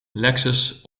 lexus